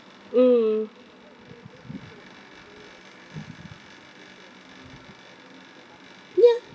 mmhmm ya